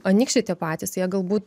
anykščiai tie patys jie galbūt